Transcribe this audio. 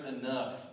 enough